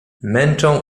męczą